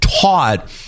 taught